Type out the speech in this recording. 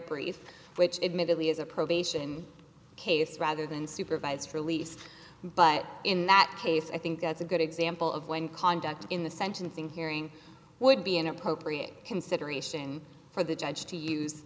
brief which admittedly is a probation case rather than supervised release but in that case i think that's a good example of when conduct in the sentencing hearing would be an appropriate consideration for the judge to use